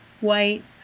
white